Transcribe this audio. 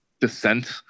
descent